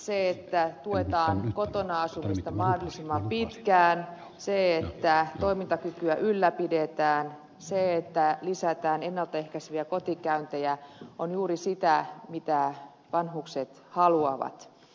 se että tuetaan kotona asumista mahdollisimman pitkään se että toimintakykyä ylläpidetään se että lisätään ennaltaehkäiseviä kotikäyntejä on juuri sitä mitä vanhukset haluavat